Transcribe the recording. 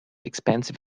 expensive